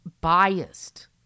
biased